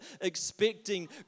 expecting